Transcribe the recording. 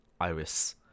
iris